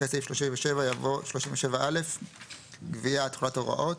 אחרי סעיף 37 יבוא: 37א. גבייה, תחולת הוראות,